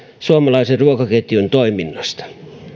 suomalaisen ruokaketjun toiminnasta